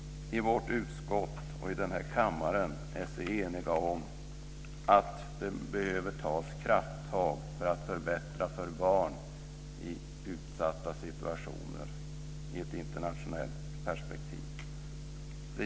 Fru talman!